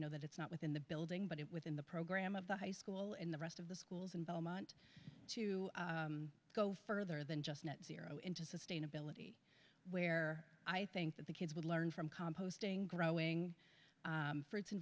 know that it's not within the building but it within the program of the high school in the rest of the schools in belmont to go further than just net zero into sustainability where i think that the kids would learn from composting growing fruits and